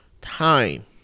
time